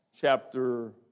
chapter